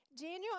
Daniel